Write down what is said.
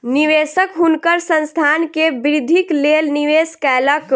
निवेशक हुनकर संस्थान के वृद्धिक लेल निवेश कयलक